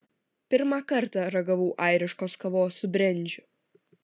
pirmą kartą ragavau airiškos kavos su brendžiu